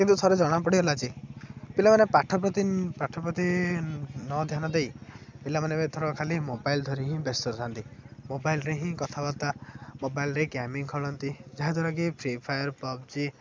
କିନ୍ତୁ ଥରେ ଜଣାପଡ଼ିଗଲା ଯେ ପିଲାମାନେ ପାଠ ପ୍ରତି ପାଠ ପ୍ରତି ନଧ୍ୟାନ ଦେଇ ପିଲାମାନେ ଥର ଖାଲି ମୋବାଇଲ୍ ଧରି ହିଁ ବ୍ୟସ୍ତ ଥାନ୍ତି ମୋବାଇଲ୍ରେ ହିଁ କଥାବାର୍ତ୍ତା ମୋବାଇଲ୍ରେ ଗେମିଂ ଖେଳନ୍ତି ଯାହାଦ୍ୱାରା କି ଫ୍ରି ଫାୟାର୍ ପବ୍ଜି